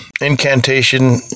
incantation